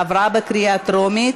עברה בקריאה טרומית,